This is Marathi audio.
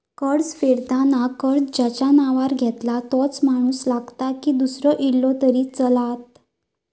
कर्ज फेडताना कर्ज ज्याच्या नावावर घेतला तोच माणूस लागता की दूसरो इलो तरी चलात?